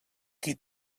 qui